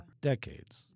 decades